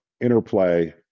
interplay